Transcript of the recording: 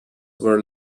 were